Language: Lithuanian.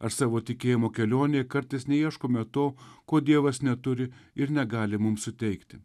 ar savo tikėjimo kelionėje kartais neieškome to ko dievas neturi ir negali mums suteikti